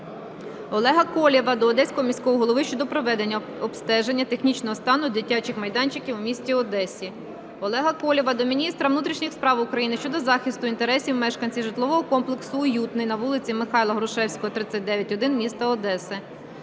Олега Колєва до Одеського міського голови щодо проведення обстеження технічного стану дитячих майданчиків у місті Одесі. Олега Колєва до міністра внутрішніх справ України щодо захисту інтересів мешканців Житлового комплексу "Уютний" по вулиці Михайла Грушевського, 39/1, міста Одеси.